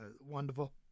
Wonderful